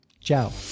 Ciao